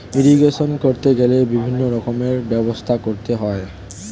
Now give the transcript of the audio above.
irrigation করতে গেলে বিভিন্ন রকমের ব্যবস্থা করতে হয়